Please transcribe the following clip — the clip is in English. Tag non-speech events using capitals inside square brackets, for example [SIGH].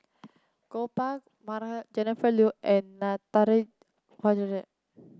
Gopal Baratham Jennifer Yeo and Natarajan [UNINTELLIGIBLE]